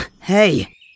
hey